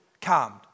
calmed